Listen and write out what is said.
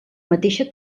mateixa